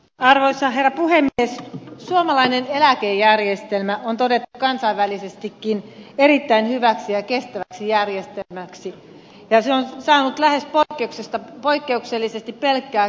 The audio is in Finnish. ikaros a hero puhe ei suomalainen eläkejärjestelmä on todettu kansainvälisestikin erittäin hyväksi ja kestäväksi järjestelmäksi ja se on saanut lähes poikkeuksetta pelkkää kiitosta